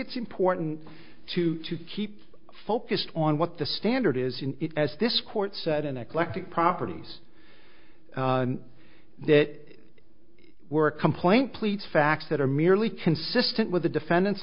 it's important to to keep focused on what the standard is in as this court said an eclectic properties that were a complaint please facts that are merely consistent with the defendant's